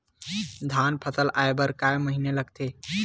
धान फसल आय बर कय महिना लगथे?